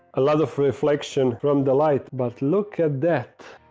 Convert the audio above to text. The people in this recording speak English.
a lot of reflection from the light but look at that